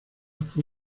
fue